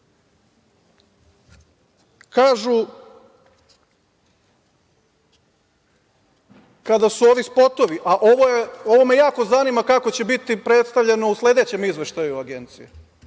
kada su ovi spotovi, a ovo me jako zanima kako će biti predstavljeno u sledećem izveštaju Agencije,